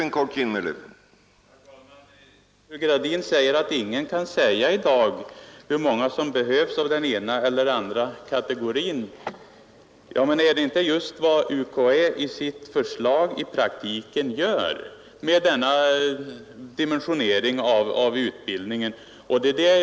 Herr talman! Fru Gradin säger att ingen i dag kan säga hur många som behövs av den ena eller den andra kategorin. Men är det inte just vad UKÄ i sitt förslag i praktiken gör med den dimensionering av utbildningen som där förekommer?